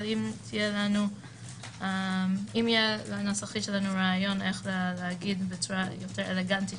אבל אם יהיה לנסחית שלנו רעיון איך לומר בצורה יותר אלגנטית